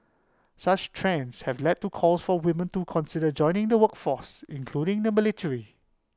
such trends have led to calls for women to consider joining the workforce including the military